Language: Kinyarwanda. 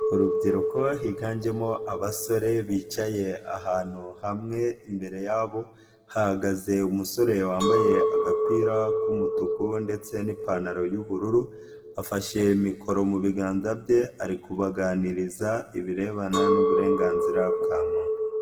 Urubyiruko higanjemo abasore bicaye ahantu hamwe imbere yabo hahagaze umusore wambaye agapira k'umutuku ndetse n'ipantaro yu'bururu afashe mikoro mu biganza bye ari kubaganiriza ibirebana n'uburenganzira bwa muntu.